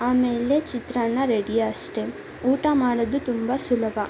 ಆಮೇಲೆ ಚಿತ್ರಾನ್ನ ರೆಡಿ ಅಷ್ಟೇ ಊಟ ಮಾಡೋದು ತುಂಬ ಸುಲಭ